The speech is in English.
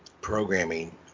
programming